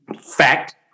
Fact